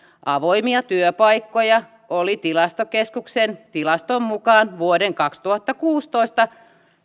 avoimia työpaikkoja oli tilastokeskuksen tilaston mukaan vuoden kaksituhattakuusitoista